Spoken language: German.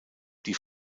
die